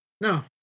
No